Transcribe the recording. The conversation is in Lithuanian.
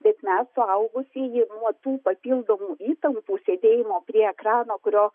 bet mes suaugusieji nuo tų papildomų įtampų sėdėjimo prie ekrano kurio